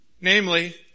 Namely